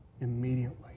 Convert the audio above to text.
Immediately